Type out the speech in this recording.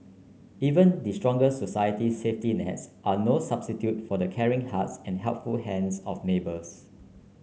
even the strongest society safety nets are no substitute for the caring hearts and helpful hands of neighbours